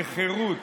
לחירות,